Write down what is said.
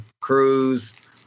cruz